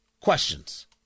questions